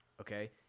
okay